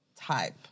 type